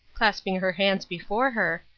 clasping her hands before her,